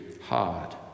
hard